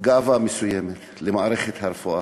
גאווה במערכת הרפואה.